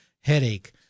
headache